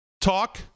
talk